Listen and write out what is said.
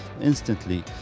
instantly